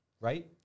right